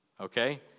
okay